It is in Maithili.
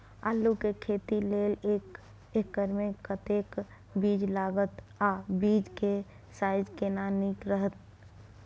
आलू के खेती लेल एक एकर मे कतेक बीज लागत आ बीज के साइज केना नीक रहत?